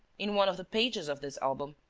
in one of the pages of this album,